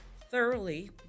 thoroughly